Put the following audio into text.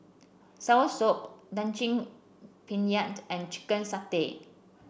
soursop Daging Penyet and Chicken Satay